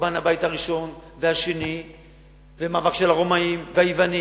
חורבן הבית הראשון והשני והמאבק של הרומאים והיוונים